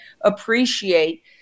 appreciate